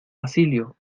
basilio